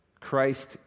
Christ